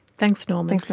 thanks norman.